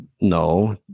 No